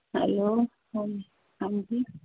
hello ਹਾ ਹਾਂਜੀ